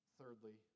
Thirdly